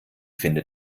findet